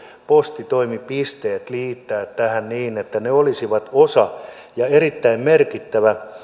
postitoimipisteet liittää tähän niin että ne olisivat erittäin merkittävä